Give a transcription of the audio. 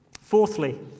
Fourthly